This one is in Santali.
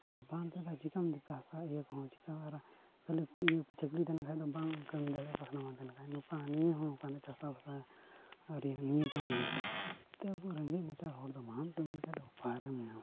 ᱟᱨ ᱵᱟᱝ ᱛᱟᱦᱮᱱ ᱠᱷᱟᱱ ᱫᱚ ᱪᱤᱠᱟᱹᱢ ᱦᱟᱥᱟ ᱤᱭᱟᱹ ᱠᱚ ᱦᱚᱸ ᱪᱤᱠᱟᱹ ᱜᱮᱢᱮᱨᱟ ᱟᱨ ᱠᱷᱟᱹᱞᱤ ᱪᱟᱹᱠᱷᱞᱤ ᱛᱟᱦᱮᱱ ᱠᱷᱟᱱ ᱫᱚ ᱵᱟᱢ ᱠᱟᱹᱢᱤ ᱫᱟᱲᱮᱭᱟᱜᱼᱟ ᱯᱟᱥᱱᱟ ᱵᱟᱝ ᱛᱟᱦᱮᱱ ᱠᱷᱟᱱ ᱱᱚᱝᱠᱟ ᱱᱤᱭᱟᱹ ᱦᱚᱸ ᱱᱚᱝᱠᱟᱱᱟᱜ ᱪᱟᱥᱟ ᱵᱟᱥᱟ ᱟᱹᱨᱤ ᱱᱤᱭᱟᱹ ᱠᱟᱱ ᱜᱮᱭᱟ ᱚᱱᱟᱛᱮ ᱟᱵᱚ ᱨᱮᱸᱜᱮᱡ ᱱᱟᱪᱟᱨ ᱦᱚᱲᱫᱚ ᱵᱟᱢ ᱠᱟᱹᱢᱤ ᱞᱠᱷᱟᱱ ᱫᱚ ᱚᱠᱟᱨᱮᱢ ᱧᱟᱢᱟ